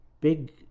big